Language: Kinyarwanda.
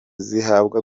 zisabwa